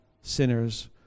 sinners